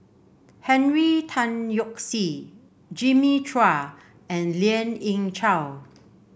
Henry Tan Yoke See Jimmy Chua and Lien Ying Chow